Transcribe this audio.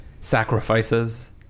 sacrifices